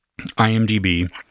IMDb